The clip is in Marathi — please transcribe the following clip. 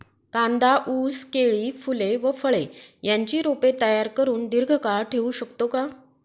कांदा, ऊस, केळी, फूले व फळे यांची रोपे तयार करुन दिर्घकाळ ठेवू शकतो का?